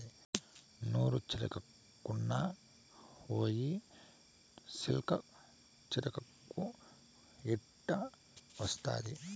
నూరు చీరకున్న హాయి సిల్కు చీరకు ఎట్టా వస్తాది